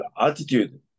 attitude